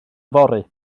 yfory